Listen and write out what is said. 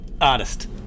Artist